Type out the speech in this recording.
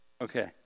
Okay